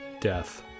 death